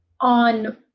On